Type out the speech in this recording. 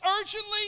urgently